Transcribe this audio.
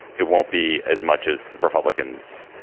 it won't be as much as republicans.